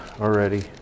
Already